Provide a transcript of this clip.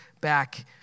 back